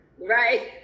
Right